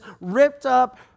ripped-up